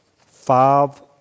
five